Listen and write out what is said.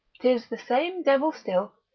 tis the same devil still,